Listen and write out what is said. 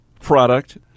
product